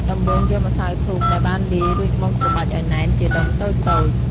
ដំបូងយកម្សៅធូបដែលបានលាយរួចមកច្របាច់ឱ្យណែនជាដុំតូចៗ។